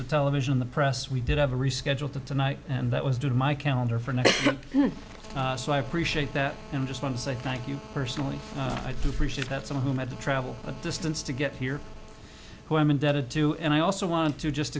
the television the press we did have a rescheduled to tonight and that was did my calendar for not appreciate that and just want to say thank you personally i do appreciate that some of whom had to travel a distance to get here who i'm indebted to and i also want to just